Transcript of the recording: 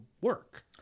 work